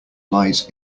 lies